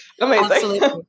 Amazing